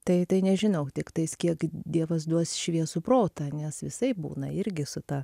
tai tai nežinau tiktais kiek dievas duos šviesų protą nes visaip būna irgi su ta